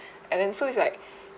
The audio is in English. and then so it's like